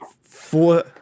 four